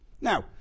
Now